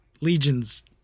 Legion's